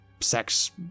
sex